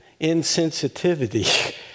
insensitivity